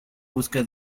busca